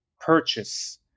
purchase